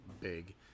big